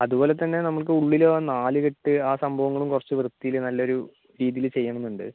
അതുപോലെതന്നെ നമ്മൾക്ക് ഉള്ളിലും ആ നാലുക്കെട്ട് ആ സംഭവങ്ങളും കുറച്ച് വൃത്തിയിൽ നല്ലൊരു രീതിയിൽ ചെയ്യണമെന്നുണ്ട്